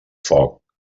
foc